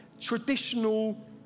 traditional